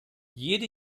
jede